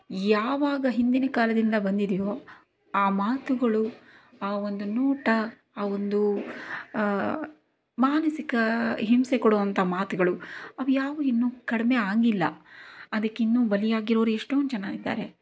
ಯಾವಾಗ ಹಿಂದಿನ ಕಾಲದಿಂದ ಬಂದಿದೆಯೋ ಆ ಮಾತುಗಳು ಆ ಒಂದು ನೋಟ ಆ ಒಂದು ಮಾನಸಿಕ ಹಿಂಸೆ ಕೊಡುವಂಥ ಮಾತುಗಳು ಅವು ಯಾವುವು ಇನ್ನು ಕಡಿಮೆ ಆಗಿಲ್ಲ ಅದಕ್ಕಿನ್ನೂ ಬಲಿಯಾಗಿರೋರು ಎಷ್ಟೊಂದು ಜನ ಇದ್ದಾರೆ